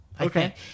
Okay